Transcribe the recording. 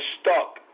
stuck